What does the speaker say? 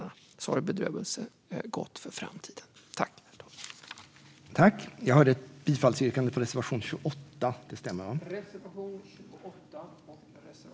Jag yrkar bifall till reservationerna 12 och 28.